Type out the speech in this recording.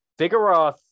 vigoroth